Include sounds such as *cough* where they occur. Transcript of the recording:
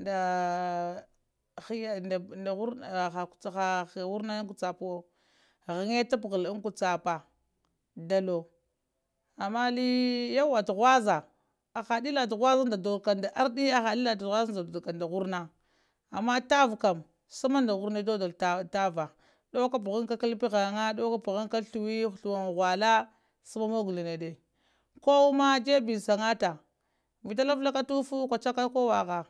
nda *hesitation* ha winna an kusapavo chəŋe ta pa həl kucap ama alli yawa tuhuza aha dilla tighwuzanta dudda ka nda ardi haha tuhuzan dudda ka nda wurna ama tavah a kam sama nda wurana tuddal tavah dauka pihanka kallpha hanga dauka pahanka thiwan huwalla sama mugullo nda ede kowo majebiyan samta vita laflak aka tuffu kuchaka kowaha.